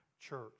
church